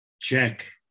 check